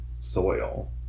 soil